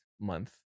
month